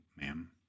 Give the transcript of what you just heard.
ma'am